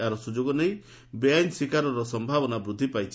ଏହାର ସୁଯୋଗ ନେଇ ବେଆଇନ ଶିକାରର ସମ୍ଭାବନା ବୃଦ୍ଧି ପାଇଛି